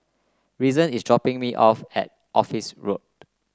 Reason is dropping me off at Office Road